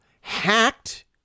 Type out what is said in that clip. hacked